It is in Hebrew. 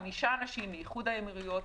חמישה אנשים מאיחוד האמירויות,